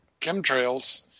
chemtrails